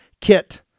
kit